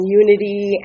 unity